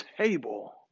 table